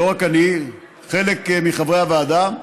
לא רק אני, חלק מחברי הוועדה,